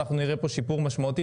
אנחנו נראה פה שיפור משמעותי.